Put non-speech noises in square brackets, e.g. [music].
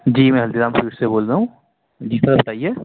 جی میں [unintelligible] سے بول رہا ہوں جی سر بتائیے